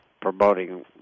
promoting